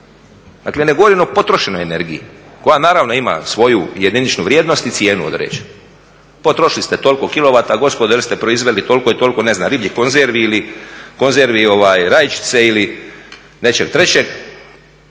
Dakle, ne govorim o potrošenoj energiji, koja naravno ima svoju jediničnu vrijednost i cijenu. Potrošili ste toliko kilowata, … ste proizveli toliko i toliko, ne znam, ribljih konzervi ili konzervi rajčice ili nečeg trećeg.